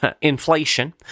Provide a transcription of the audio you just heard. inflation